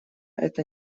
это